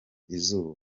izuba